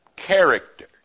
character